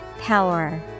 Power